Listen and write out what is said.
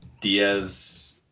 diaz